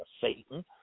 Satan